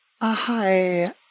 hi